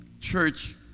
church